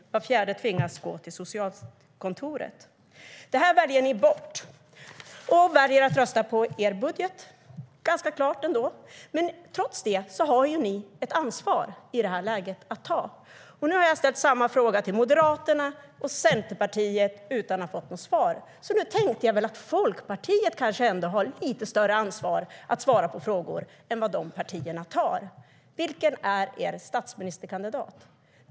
Var fjärde tvingas gå till socialkontoret. Nu har jag ställt samma frågor till Moderaterna och Centerpartiet utan att ha fått något svar, så nu tänkte jag att Folkpartiet kanske ändå tar lite större ansvar och svarar på frågor än vad de partierna tar. Vilken är er statsministerkandidat?